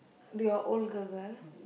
do your old girl girl